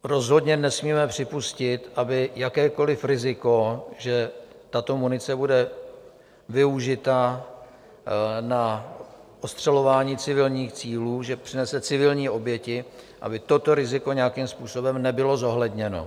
Rozhodně nesmíme připustit, aby jakékoliv riziko, že tato munice bude využita na ostřelování civilních cílů, že přinese civilní oběti, aby toto riziko nebylo nějakým způsobem zohledněno.